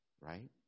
Right